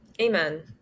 Amen